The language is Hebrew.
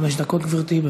חמש דקות, גברתי.